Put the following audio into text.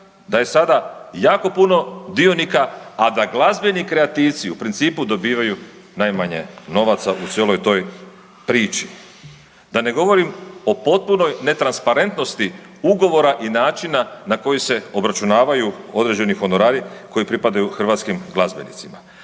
da je sada jako puno dionika, a da glazbeni kreativci, u principu dobivaju najmanje novaca u cijeloj toj priči. Da ne govorim o potpunoj netransparentnosti ugovora i načina na koji se obračunavaju određeni honorari koji pripadaju hrvatskih glazbenicima.